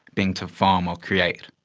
being to form or create.